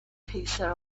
pizza